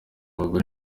bagore